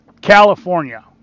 california